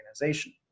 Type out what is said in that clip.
organization